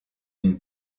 une